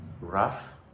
rough